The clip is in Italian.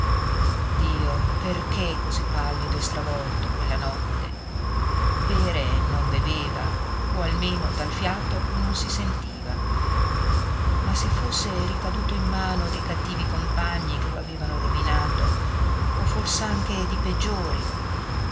dio perché così pallido e stravolto quella notte bere non beveva o almeno dal fiato non si sentiva ma se fosse ricaduto in mano dei cattivi compagni che lo avevano rovinato o fors'anche di peggiori